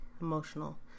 emotional